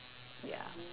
ya